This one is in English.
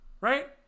Right